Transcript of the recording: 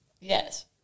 Yes